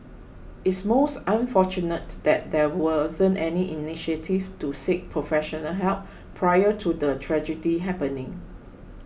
it's most unfortunate that there wasn't any initiative to seek professional help prior to the tragedy happening